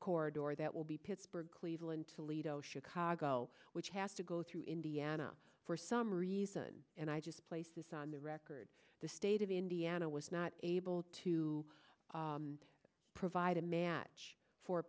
corridor or that will be pittsburgh cleveland toledo chicago which has to go through indiana for some reason and i just place this on the record the state of indiana was not able to provide a match for